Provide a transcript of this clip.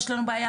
לא עונים,